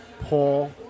Paul